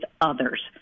others